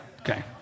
Okay